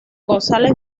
gonzález